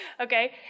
okay